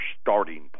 starting